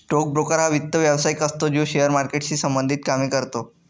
stock broker हा वित्त व्यवसायिक असतो जो शेअर मार्केटशी संबंधित कामे करतो